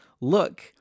look